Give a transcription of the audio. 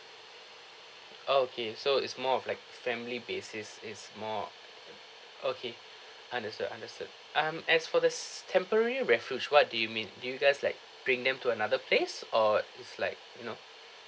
oh okay so it's more of like family basis it's more okay understood understood um as for the s~ temporary refuge what do you mean do you guys like bring them to another place or it's like you know